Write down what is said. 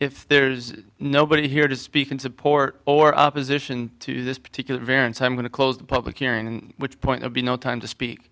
if there's nobody here to speak in support or opposition to this particular variants i'm going to close the public hearing in which point would be no time to speak